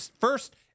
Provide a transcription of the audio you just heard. first